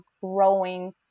growing